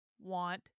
want